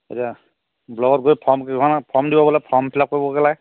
এতিয়া ব্লকত গৈ ফ্ৰম কেইখন ফ্ৰম দিব বোলে ফ্ৰম ফিলাপ কৰিবগে লাগে